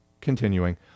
continuing